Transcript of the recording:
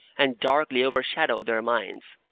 and darkly overshadow their minds.